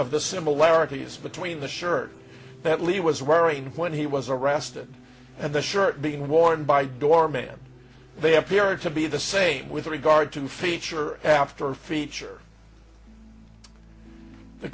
of the similarities between the shirt that lee was wearing when he was arrested and the shirt being worn by doorman they appeared to be the same with regard to feature after feature the